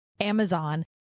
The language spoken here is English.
Amazon